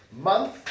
Month